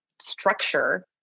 structure